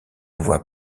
voie